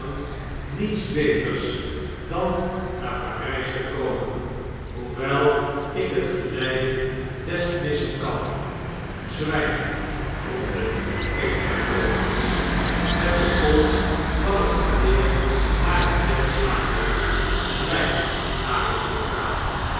niets beters dan naar p a r s te komen hoewel ik het geleide best missen kan zwjjg gromde een der roodmutsen met de kolf van het geweer naar het bed slaande zwn'g